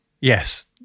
yes